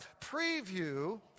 preview